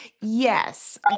Yes